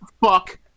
Fuck